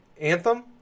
Anthem